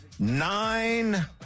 Nine